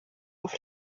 auf